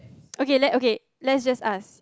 okay let okay let's just ask